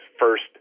first